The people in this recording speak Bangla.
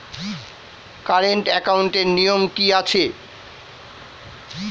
কারেন্ট একাউন্টের নিয়ম কী আছে?